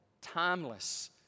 timeless